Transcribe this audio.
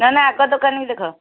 ନା ନା ଆଗ ଦୋକାନୀକୁ ଦେଖ